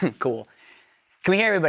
cool. can we hear but